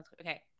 Okay